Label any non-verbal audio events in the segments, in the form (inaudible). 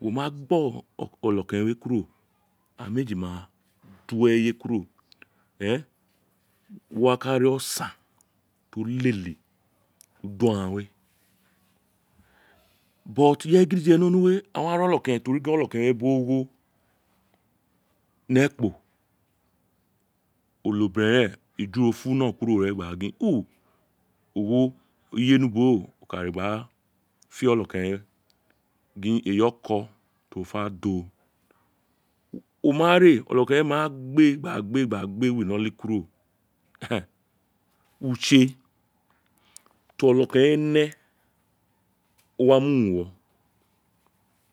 Wo me gba onokeren we kuro aghaan meji ma do eye kuro ee wo wa ka ri osaan bi o lele dido aghan we (unintelligible) gidije ni onuwe a wa ri onokeren to ri onokeren we bi ogho (hesitation) ni ekpo (hesitation) onobiren ren eju ro fu no ren kuro gba gin oo ogho oye ní ubo we o o ka re o ka da fe onokeren we gin eyi oko ti o fe ra doo (hesitation) o ma re onokeren we ma gbee gba gbee gba gbee wi iloli kuro (hesitation) utse ti onokeren we ne o wa mu wu uwo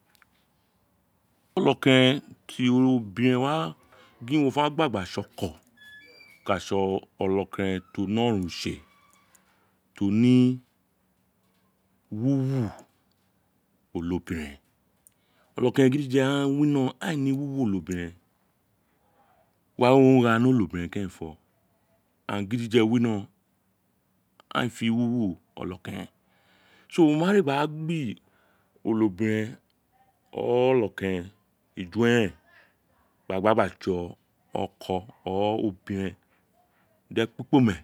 (hesitation) onokeren ti obiren wa gin o fe gba gba tse oko o ka tse onokeren ti o ne oronron utse (hesitation) ti o ni wuwu onobiren onokeren ghaan gidije ghaan wino aghaan ee ne wuwo onobiren ghaan ee ne wiwu onobiren (hesitation) wa we o gha ni onobiren kerenfo (hesitation) aghan gidije wino ron aghan a fe wuwu onokeren ke ren a ma re gba gbi onobiren (unintelligible) onokeren eju eren gba gbaa gbaa tsi oko (unintelligible) obiren di ekpi kpome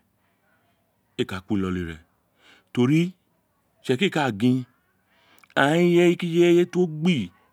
ee ka kuwi iloli re to ri itse kiri ka gin (unintelligible) ireye ki ireye ti o gbi.